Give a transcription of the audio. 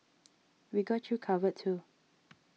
we got you covered too